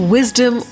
Wisdom